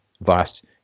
vast